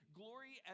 glory